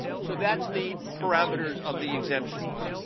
so, that's the parameters of the exemptions.